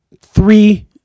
three